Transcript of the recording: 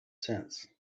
sense